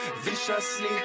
Viciously